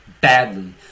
badly –